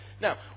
Now